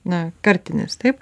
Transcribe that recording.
na kartinis taip